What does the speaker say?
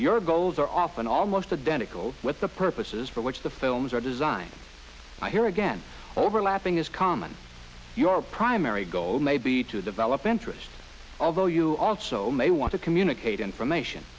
your goals are often almost identical with the purposes for which the films are designed i hear again overlapping is common your primary goal may be to develop interests although you also may want to communicate information